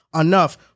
enough